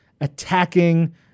attacking